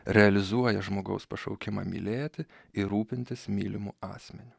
realizuoja žmogaus pašaukimą mylėti ir rūpintis mylimu asmeniu